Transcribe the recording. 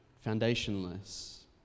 foundationless